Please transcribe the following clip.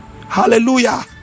hallelujah